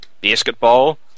Basketball